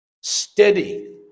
steady